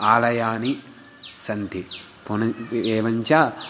आलयानि सन्ति पुनः एवञ्च